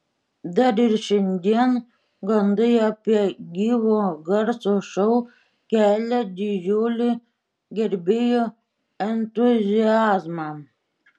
dar ir šiandien gandai apie gyvo garso šou kelia didžiulį gerbėjų entuziazmą